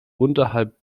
unterhalb